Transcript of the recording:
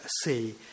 see